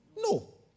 No